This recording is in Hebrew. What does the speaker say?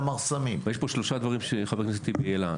יש פה שלושה דברים שחבר הכנסת טיבי העלה.